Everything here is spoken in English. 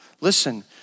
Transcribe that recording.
Listen